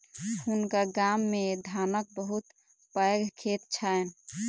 हुनका गाम मे धानक बहुत पैघ खेत छैन